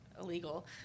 illegal